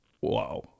Wow